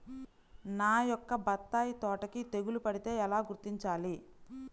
నా యొక్క బత్తాయి తోటకి తెగులు పడితే ఎలా గుర్తించాలి?